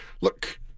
look